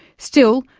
still,